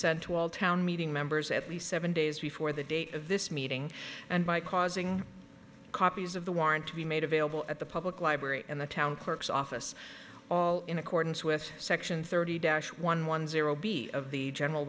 sent to all town meeting members at least seven days before the date of this meeting and by causing copies of the warrant to be made available at the public library in the town clerk's office all in accordance with section thirty dash one one zero b of the general